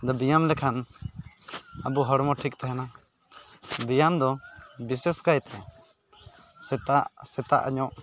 ᱵᱮᱭᱟᱢ ᱞᱮᱠᱷᱟᱱ ᱟᱵᱚ ᱦᱚᱲᱢᱚ ᱴᱷᱤᱠ ᱛᱟᱦᱮᱱᱟ ᱵᱮᱭᱟᱢᱫᱚ ᱵᱤᱥᱮᱥ ᱠᱟᱭᱟᱛᱮ ᱥᱮᱛᱟᱜ ᱥᱮᱛᱟᱜ ᱧᱚᱜ